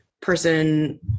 person